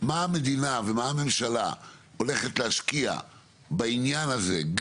מה המדינה ומה הממשלה הולכת להשקיע בעניין הזה,